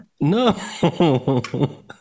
No